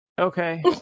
Okay